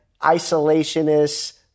isolationist